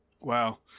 Wow